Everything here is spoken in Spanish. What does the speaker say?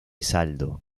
saldo